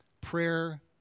prayer